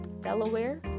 Delaware